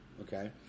Okay